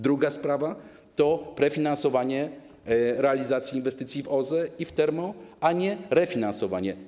Druga sprawa to prefinansowanie realizacji inwestycji w OZE i w termo-, a nie refinansowanie.